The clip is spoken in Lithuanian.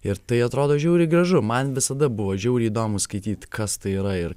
ir tai atrodo žiauriai gražu man visada buvo žiauriai įdomu skaityt kas tai yra ir